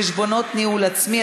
4) (חשבונות ניהול עצמי),